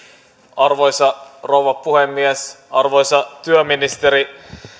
arvoisa rouva puhemies arvoisa työministeri